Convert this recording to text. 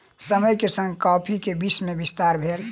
समय के संग कॉफ़ी के विश्व में विस्तार भेल